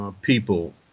people